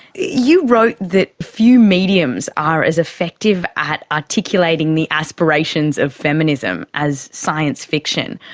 you wrote that few mediums are as effective at articulating the aspirations of feminism as science fiction.